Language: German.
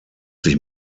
sich